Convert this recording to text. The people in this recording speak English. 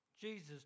Jesus